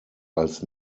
als